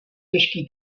těžký